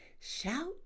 Shout